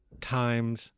times